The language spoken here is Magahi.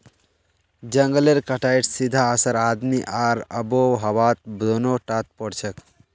जंगलेर कटाईर सीधा असर आदमी आर आबोहवात दोनों टात पोरछेक